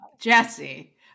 jesse